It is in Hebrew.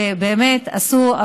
שבאמת עשו,